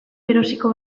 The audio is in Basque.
erosiko